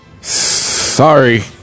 Sorry